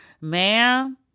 ma'am